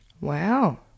Wow